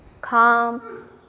calm